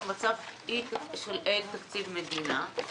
כשאין תקציב מדינה,